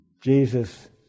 Jesus